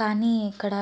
కానీ ఇక్కడ